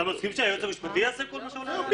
אתה מסכים שהיועץ המשפטי יעשה כל מה שעולה על דעתו?